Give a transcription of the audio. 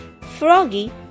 Froggy